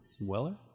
Weller